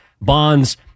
Bonds